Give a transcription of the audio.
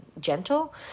gentle